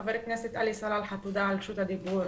חבר הכנסת עלי סלאלחה, תודה על רשות הדיבור.